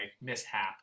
mishap